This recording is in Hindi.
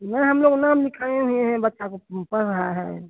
नहीं हम लोग नाम लिखाए हुए हैं बच्चा का पढ़ रहा है